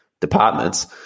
departments